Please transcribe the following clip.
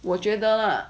我觉得 lah